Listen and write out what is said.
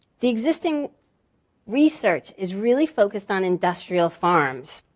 the existing research is really focused on industrial farms